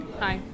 Hi